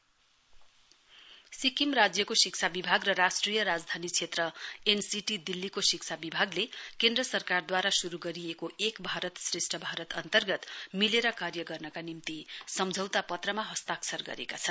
MOU sign Sikkim राज्यको शिक्षा विभाग र राष्ट्रिय राजधानी क्षेत्र एनसीटी दिल्लीको शिक्षा विभागले केन्द्र सरकारद्वारा शुरु गरिएको एक भारत श्रेष्ठ भारत अन्तर्गत मिलेर कार्य गर्नका निम्ति सम्झौता पत्रमा हस्ताक्षर गरेका छन्